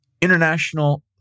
International